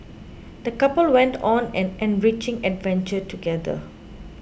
the couple went on an enriching adventure together